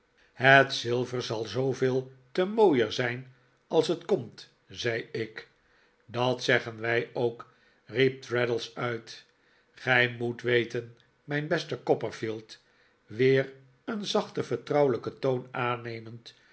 het zilver zal zooveel te mooier zijn als het komt zei ik dat zeggen wij ook riep traddles uit gij moet weten mijn beste copperfield weer een zachten vertrouwelijken toon aannemend